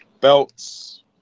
belts